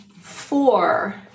four